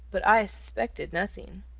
but i suspected nothing.